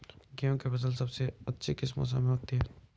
गेंहू की फसल सबसे अच्छी किस मौसम में होती है?